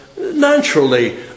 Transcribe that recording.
naturally